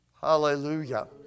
Hallelujah